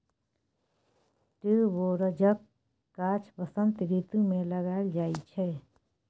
ट्युबरोजक गाछ बसंत रितु मे लगाएल जाइ छै